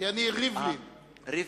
כי אני ריבלין, ברי"ש.